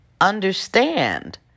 understand